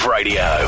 Radio